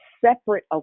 separate